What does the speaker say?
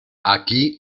aquí